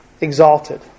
Exalted